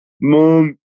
mom